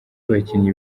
abakinnyi